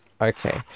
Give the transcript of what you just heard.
Okay